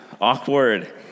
Awkward